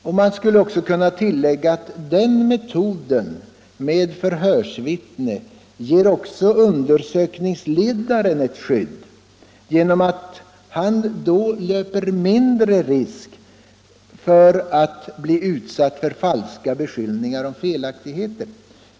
Och man skulle kunna tillägga att den metoden med förhörsvittne också ger undersökningsledaren ett skydd genom att han då löper mindre risk för att bli utsatt för falska beskyllningar om felaktigheter.